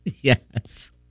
yes